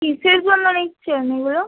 কিসের জন্য নিচ্ছেন এগুলো